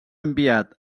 enviat